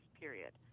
period